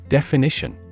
Definition